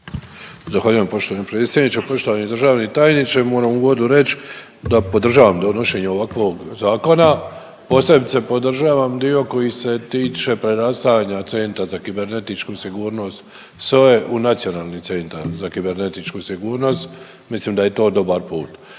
Zahvaljujem poštovani predsjedniče. Poštovani državni tajniče, moram u uvodu reć da podržavam donošenje ovakvog zakona, posebice podržavam dio koji se tiče prerastanja Centra za kibernetičku sigurnost SOA-e u Nacionalni centar za kibernetičku sigurnost, mislim da je to dobar put.